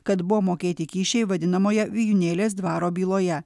kad buvo mokėti kyšiai vadinamoje vijūnėlės dvaro byloje